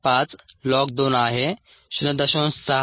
5 ln 2 आहे 0